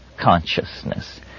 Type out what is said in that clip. consciousness